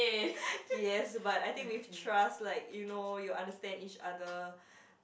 yes but I think with trust like you know you understand each other